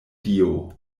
dio